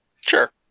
Sure